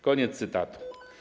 Koniec cytatu.